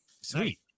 Sweet